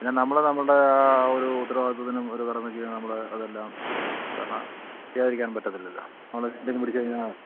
പിന്നെ നമ്മള് നമ്മളുടെ ആ ഒരു ഉത്തരവാദിത്തത്തിനും ഒരു കടമയ്ക്കും നമ്മള് അതെല്ലാം ചെയ്തുവയ്ക്കും കാരണം ചെയ്യാതിരിക്കാൻ പറ്റത്തില്ലല്ലോ നമ്മള് പിടിച്ചുകഴിഞ്ഞാല്